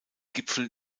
gipfel